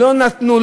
לא נתנו,